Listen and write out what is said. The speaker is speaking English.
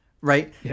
right